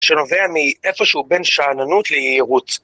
‫שנובע מאיפשהו ‫בין שאננות ליהירות.